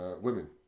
women